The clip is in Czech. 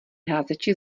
házeči